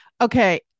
Okay